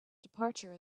departure